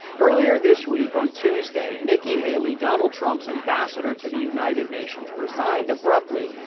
earlier this week, on tuesday, nikki haley, donald trump's ambassador to the united nations, resigned abruptly,